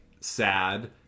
sad